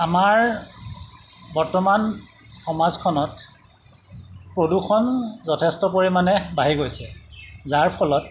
আমাৰ বৰ্তমান সমাজখনত প্ৰদূষণ যথেষ্ট পৰিমাণে বাঢ়ি গৈছে যাৰ ফলত